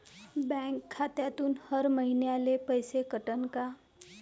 Bank खात्यातून हर महिन्याले पैसे कटन का?